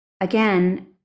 again